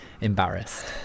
embarrassed